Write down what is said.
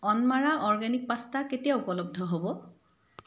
অন্মাৰা organic pasta কেতিয়া উপলব্ধ হ'ব